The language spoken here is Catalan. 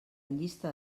llista